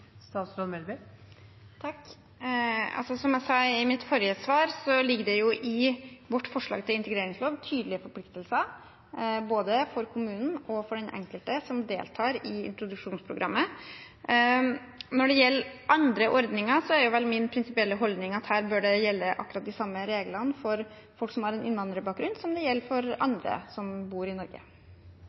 Som jeg sa i mitt forrige svar, ligger det i vårt forslag til integreringslov tydelige forpliktelser både for kommunen og for den enkelte som deltar i introduksjonsprogrammet. Når det gjelder andre ordninger, er vel min prinsipielle holdning at her bør akkurat de samme reglene gjelde for folk som har en innvandrerbakgrunn, som gjelder for andre som bor i Norge.